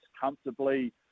comfortably